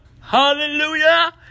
Hallelujah